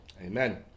amen